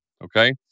Okay